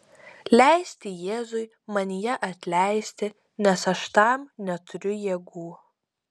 leisti jėzui manyje atleisti nes aš tam neturiu jėgų